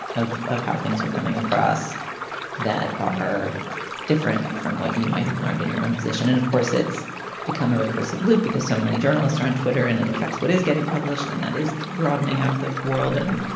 of of how things are coming across that are different from what you might have learned in your own position. and of course, it's become a recursive loop because so many journalists are on twitter and it affects what is getting published. and that is broadening out the world. and,